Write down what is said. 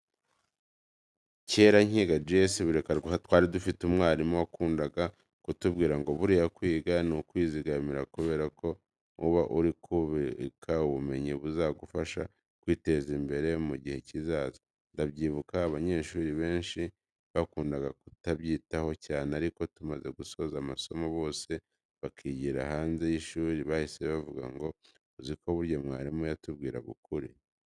Kera nkiga G.S Burega twari dufite umwarimu wakundaga kutubwira ngo buriya kwiga ni ukwizigamira kubera ko uba uri kubika ubumenyi buzagufasha kwiteza imbere mu gihe kizaza. Ndabyibuka abanyeshuri benshi bakundaga kutabyitaho cyane ariko tumaze gusoza amasomo bose bakigera hanze y'ishuri bahise bavuga ngo uziko burya mwarimu yatubwiraga ukuri.